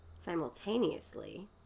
simultaneously